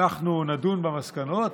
אנחנו נדון במסקנות,